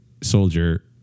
soldier